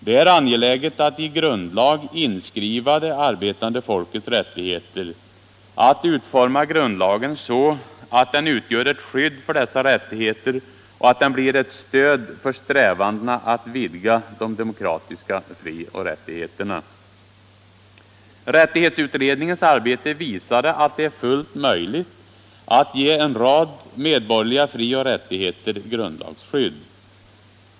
Det är angeläget att i grundlag inskriva det arbetande folkets rättigheter, att utforma grundlagen så att den utgör ett skydd för dessa rättigheter och att den blir ett stöd för strävandena att vidga de demokratiska frioch rättigheterna. Rättighetsutredningens arbete visade att det är fullt möjligt att ge en rad medborgerliga frioch rättigheter grundlagsskydd.